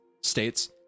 states